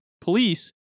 police